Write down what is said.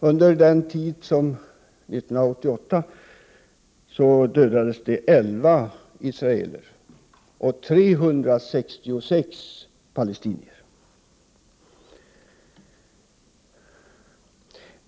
Under 1988 dödades 11 israeler och 366 palestinier.